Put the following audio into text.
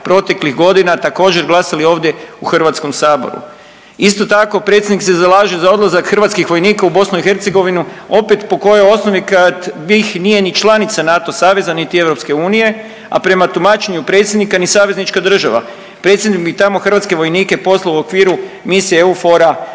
proteklih godina također glasali ovdje u Hrvatskom saboru. Isto tako, predsjednik se zalaže za odlazak hrvatskih vojnika u BiH opet po kojoj osnovi kad BiH nije ni članica NATO saveza niti EU, a prema tumačenju predsjednika ni saveznička država. Predsjednik bi tamo hrvatske vojnike poslao u okviru misije EUFOR-a